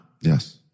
Yes